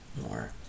more